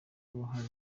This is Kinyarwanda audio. uruhare